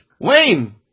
Wayne